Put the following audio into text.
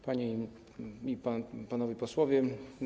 Panie i Panowie Posłowie!